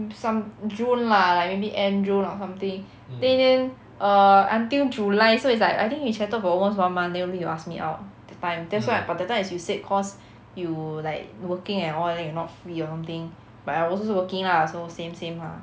some june lah like maybe end june or something then in the end uh until july so it's like I think we chatted for almost one month then only you ask me out that time that's why I but that time is you said cause you like working and all then you not free or something but I was also working lah so same same lah